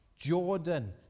Jordan